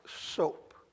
soap